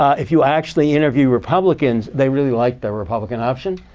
if you actually interview republicans, they really like the republican option.